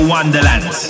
Wonderland